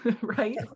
right